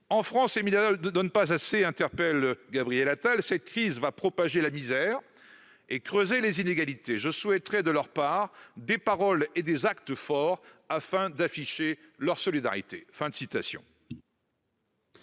En France, les milliardaires ne donnent pas assez. Cette crise va propager la misère et creuser les inégalités. Je souhaiterais de leur part des paroles et des actes forts afin d'afficher leur solidarité.